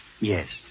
Yes